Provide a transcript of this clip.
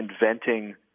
inventing